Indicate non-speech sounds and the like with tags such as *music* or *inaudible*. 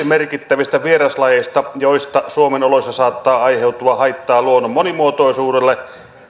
*unintelligible* merkittävistä vieraslajeista joista suomen oloissa saattaa aiheutua haittaa luonnon monimuotoisuudelle